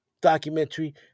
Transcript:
documentary